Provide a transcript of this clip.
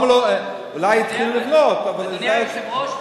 אדוני היושב-ראש,